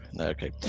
Okay